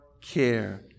care